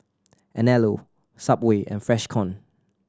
Anello Subway and Freshkon